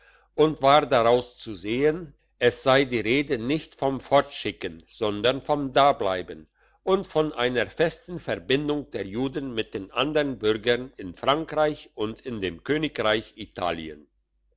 und war daraus zu sehen es sei die rede nicht vom fortschicken sondern vom dableiben und von einer festen verbindung der juden mit den andern bürgern in frankreich und in dem königreich italien